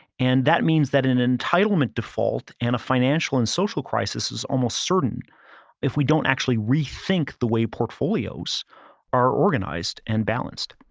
and that means that an entitlement default and a financial and social crisis is almost certain if we don't actually rethink the way portfolios are organized and balanced.